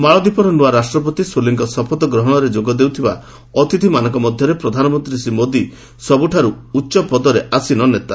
ମାଳଦ୍ୱୀପର ନୂଆ ରାଷ୍ଟ୍ରପତି ସୋଲିଙ୍କ ଶପଥଗ୍ରହଣରେ ଯୋଗଦେଉଥିବା ଅତିଥିମାନଙ୍କ ମଧ୍ୟରେ ପ୍ରଧାନମନ୍ତ୍ରୀ ଶ୍ରୀ ମୋଦି ସବୁଠାରୁ ଉଚ୍ଚ ପଦରେ ଆସୀନ ନେତା